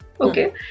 okay